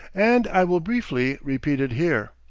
and i will briefly repeat it here.